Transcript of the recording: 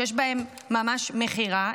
שיש בהן ממש מכירה,